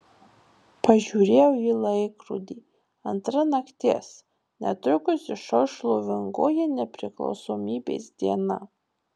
pažiūrėjau į laikrodį antra nakties netrukus išauš šlovingoji nepriklausomybės diena